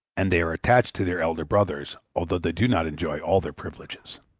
and they are attached to their elder brothers, although they do not enjoy all their privileges.